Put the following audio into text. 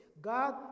God